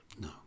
No